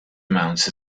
amounts